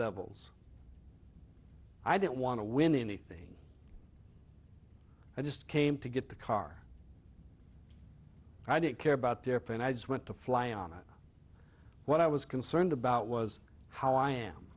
levels i didn't want to win anything i just came to get the car i didn't care about there for and i just went to fly on a what i was concerned about was how i am